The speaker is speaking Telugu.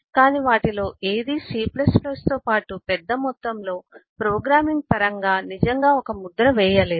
కాని వాటిలో ఏదీ C తో పాటు పెద్ద మొత్తంలో ప్రోగ్రామింగ్ పరంగా నిజంగా ఒక ముద్ర వేయలేదు